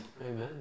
Amen